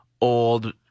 old